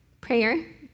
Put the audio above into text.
Prayer